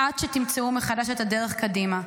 עד שתמצאו מחדש את הדרך קדימה.